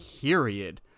period